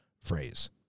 phrase